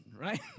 right